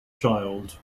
child